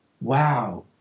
wow